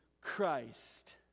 Christ